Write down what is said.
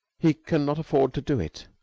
he can not afford to do it.